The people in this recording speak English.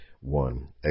one